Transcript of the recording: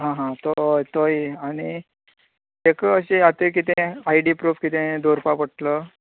आं हां तो तोय आनी तेका अशें आता कितें आयडी प्रुफ कितें दोवरपा पडटलो